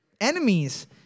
enemies